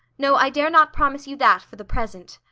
no, i dare not promise you that, for the present.